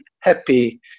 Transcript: happy